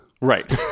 Right